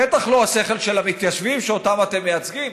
בטח לא השכל של המתיישבים שאותם אתם מייצגים.